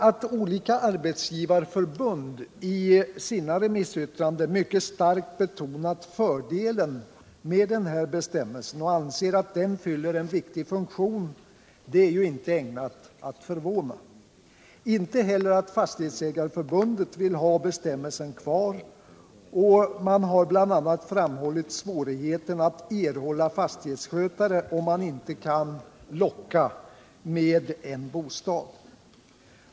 Att olika arbetsgivarförbund i sina remissyttranden mycket starkt betonat fördelen med denna bestämmelse och anser att den fyller en viktig funktion är ju inte ägnat att förvåna. Inte heller att Fastighetsägareförbundet vill ha bestämmelsen kvar. Man har bl.a. framhållit svårigheten att erhålla fastighetsskötare om man inte kan ”locka” med en bostad.